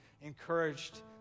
encouraged